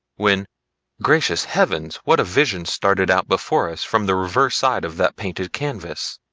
when gracious heavens! what a vision started out before us from the reverse side of that painted canvas!